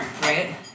right